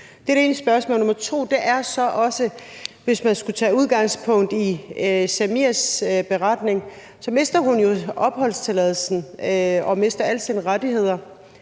Det andet spørgsmål handler så også om – hvis man skal tage udgangspunkt i Samias beretning – at hun jo mister opholdstilladelsen og mister alle sine rettigheder,